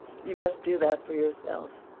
you must do that for yourself.